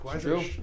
true